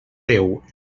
teu